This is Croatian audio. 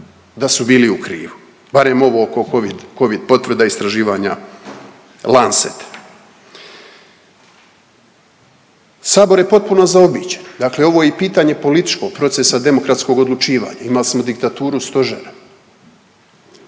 da su bili u krivu, barem ovo oko ovih covid, covid potvrda i istraživanja Lancet. Sabor je potpuno zaobiđen, dakle ovo je i pitanje političkog procesa demokratskog odlučivanja, imali smo diktaturu stožera.